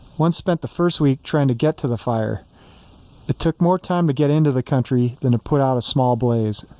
once spent the first week trying to get to the fire it took more time to but get into the country than to put out a small blaze